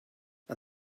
and